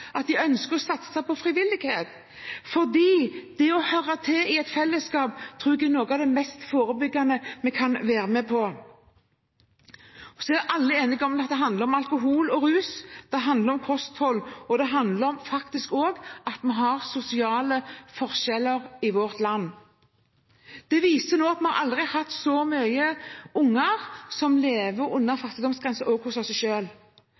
at den ønsker å satse på frivillighet, for det å høre til i et fellesskap tror jeg er noe av det mest forebyggende vi kan være med på. Så er alle enige om at det handler om alkohol og rus, det handler om kosthold, og det handler faktisk også om at vi har sosiale forskjeller i vårt land. Det viser seg nå at vi har aldri hatt så mange barn som lever under